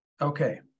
Okay